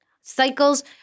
Cycles